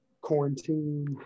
quarantine